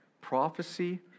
prophecy